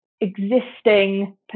existing